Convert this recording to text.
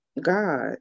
God